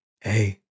Hey